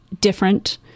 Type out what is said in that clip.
different